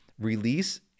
release